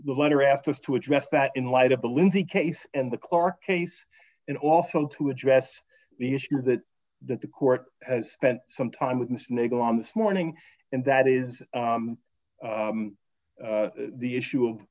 the letter asked us to address that in light of the lindsey case and the clarke case and also to address the issue that that the court has spent some time with this nigga on this morning and that is the issue of